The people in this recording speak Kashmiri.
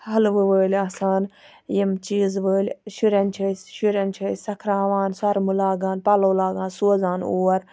حَلوٕ وٲلۍ آسان یِم چیٖزٕ وٲلۍ شُرٮ۪ن چھِ أسۍ شُرٮ۪ن چھِ أسۍ سَکھراوان سوٚرمہٕ لاگان پَلَو لاگان سوزان اور